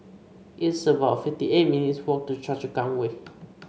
it's about fifty eight minutes' walk to Choa Chu Kang Way